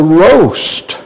roast